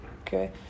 Okay